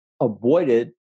avoided